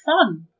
fun